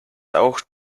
auch